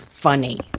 funny